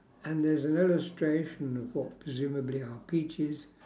and there's an illustration of what presumably are peaches